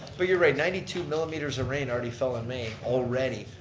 but you're right ninety two millimeters of rain already fell in may. already,